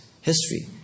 History